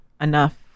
enough